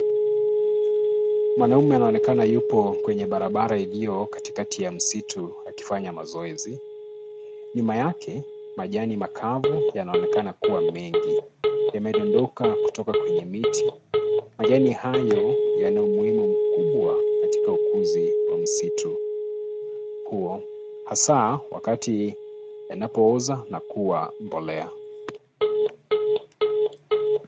Mwanaume anaonekana yupo kwenye barabara iliyo katikati ya msitu akifanya mazoezi. Nyuma yake, majani makavu yanaonekana kuwa mengi, yamedondoka kutoka kwenye miti. Majani hayo yana umuhimu mkubwa katika ukuzi wa msitu huo, hasaa wakati yanapooza na kuwa mbolea.